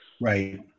Right